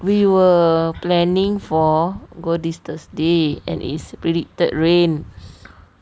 we were planning for go this thursday and it's predicted rain